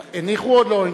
הניחו או לא הניחו?